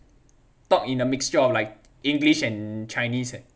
talk in a mixture of like english and chinese eh